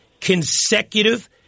consecutive